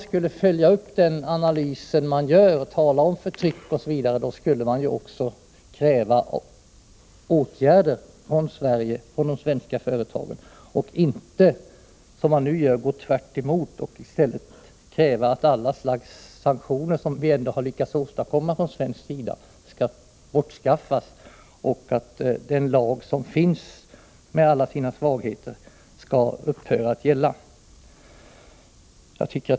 Skulle man följa den analys som man gör och talet om förtryck, borde man också kräva åtgärder från de svenska företagen och inte, som man nu gör, gå tvärtemot och begära att alla de sanktioner som Sverige har lyckats åstadkomma skall bortskaffas och att den lag som finns med alla sina svagheter skall upphöra att gälla.